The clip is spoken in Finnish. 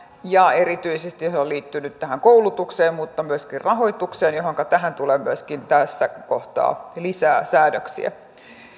ja erityisesti se on liittynyt tähän koulutukseen mutta myöskin rahoitukseen johonka tulee myöskin tässä kohtaa lisää säädöksiä